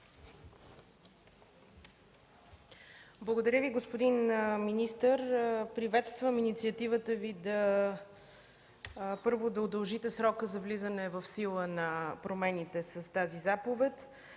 Благодаря Ви, господин министър. Приветствам инициативата Ви, първо, да удължите срока за влизане в сила на промените с тази заповед.